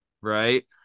Right